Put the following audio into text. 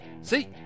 See